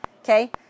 Okay